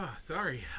Sorry